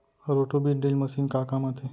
Roto बीज drill machine का काम आथे?